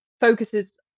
focuses